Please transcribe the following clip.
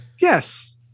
Yes